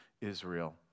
Israel